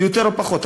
יותר או פחות,